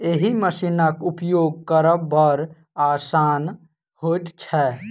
एहि मशीनक उपयोग करब बड़ आसान होइत छै